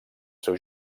seu